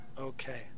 Okay